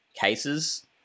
cases